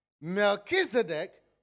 Melchizedek